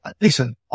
Listen